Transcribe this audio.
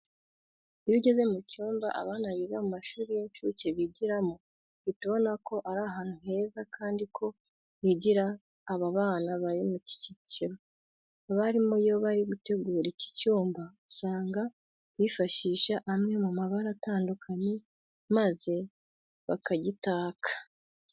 Iyo ugeze mu cyumba abana biga mu mashuri y'inshuke bigiramo uhita ubona ko ari ahantu heza kandi ko higira aba bana bari muri iki cyiciro. Abarimu iyo bari gutegura iki cyumba usanga bifashisha amwe mu mabara atandukanye maze bakagitaka.